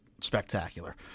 spectacular